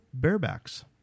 barebacks